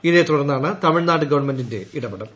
ഇതേ തുടർന്നാണ് തമിഴ്നാട് ഗവൺമെന്റിന്റെ ഇടപെടൽ